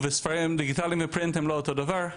וספרים דיגיטליים ופרינט הם לא אותו דבר.